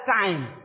time